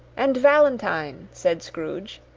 and valentine, said scrooge,